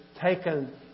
taken